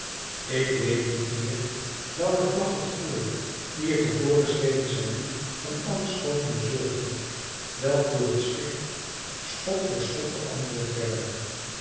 ik weet niet meer welke vlag het voerde die het een voorgeschreven saluut van elf schoten bezorgde welke door het schip schot voor schot beantwoord werden